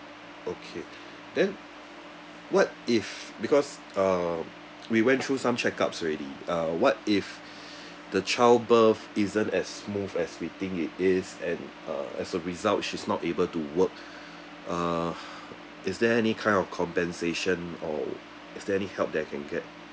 okay then what if because uh we went through some checkups already uh what if the childbirth isn't as smooth as we think it is and uh as a result she's not able to work uh is there any kind of compensation or is there any help that I can get